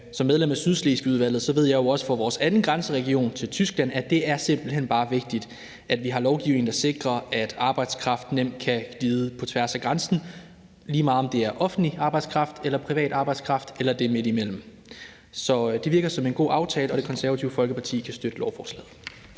Som medlem af Sydslesvigudvalget ved jeg jo også fra vores anden grænseregion ved grænsen til Tyskland, at det simpelt hen bare er vigtigt, at vi har lovgivning, der sikrer, at arbejdskraften kan glide på tværs af grænsen, lige meget om det er offentlig arbejdskraft eller det er privat arbejdskraft eller det er midtimellem. Så det virker som en god aftale, og Det Konservative Folkeparti kan støtte lovforslaget.